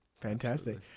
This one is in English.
fantastic